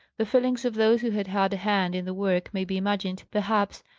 the feelings of those who had had a hand in the work may be imagined, perhaps,